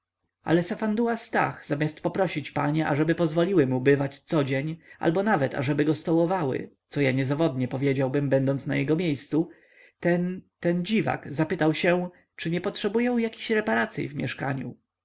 ale safanduła stach zamiast poprosić panie ażeby pozwoliły mu bywać codzień albo nawet ażeby go stołowały co ja niezawodnie powiedziałbym będąc na jego miejscu ten ten dziwak zapytał się czy nie potrzebują jakich reparacyi w mieszkaniu